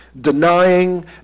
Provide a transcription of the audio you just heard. denying